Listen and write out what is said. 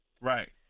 Right